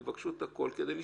יבקשו הכול, כדי להשתכנע.